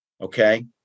okay